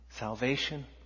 Salvation